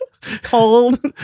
Cold